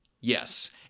Yes